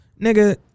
Nigga